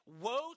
woe